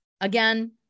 Again